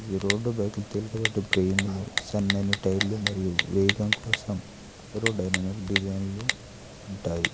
ఈ రోడ్డు బైక్లు తేలికపాటి ఫ్రేములు సన్నని టైర్లు మరియు వేగం కోసం ఎయిరో డైైనమిక్ డిజైన్లు ఉంటాయి